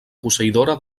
posseïdora